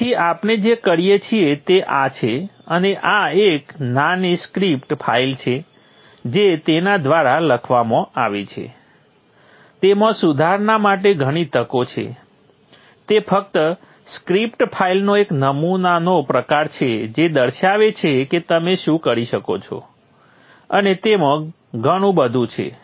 તેથી આપણે જે કરીએ છીએ તે આ છે અને આ એક નાની સ્ક્રિપ્ટ ફાઇલ છે જે તેના દ્વારા લખવામાં આવી છે તેમાં સુધારણા માટે ઘણી તકો છે તે ફક્ત સ્ક્રિપ્ટ ફાઇલનો એક નમૂનાનો પ્રકાર છે જે દર્શાવે છે કે તમે શું કરી શકો છો અને તેમાં ઘણું બધું છે